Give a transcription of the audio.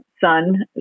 son